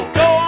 go